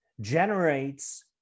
generates